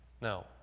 Now